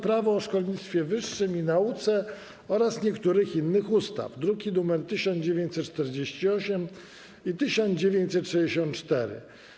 Prawo o szkolnictwie wyższym i nauce oraz niektórych innych ustaw (druki nr 1948 i 1964)